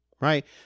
right